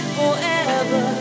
forever